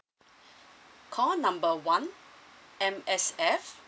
call number one M_S_F